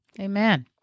Amen